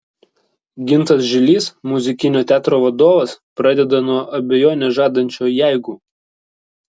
gintas žilys muzikinio teatro vadovas pradeda nuo abejonę žadančio jeigu